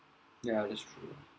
yeah that's true